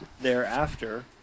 thereafter